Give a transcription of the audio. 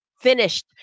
finished